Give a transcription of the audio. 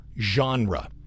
genre